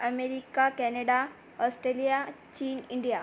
America Canada Australia चीन India